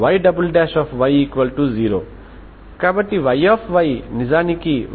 eigen values కొన్ని dispersion సంబంధాలను సంతృప్తిపరుస్తాయి కొన్ని సంబంధాలు మాత్రమే